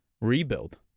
rebuild